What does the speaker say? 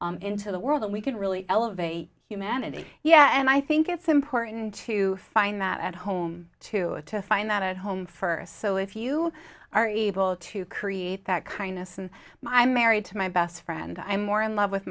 into the world and we can really elevate humanity yeah and i think it's important to find that at home to to find that at home first so if you are able to create that kindness and i'm married to my best friend i'm more in love with